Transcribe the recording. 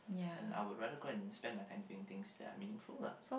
and I would rather go and spend my time doing things that are meaningful lah